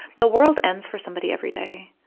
the world ends for somebody every day,